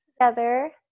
together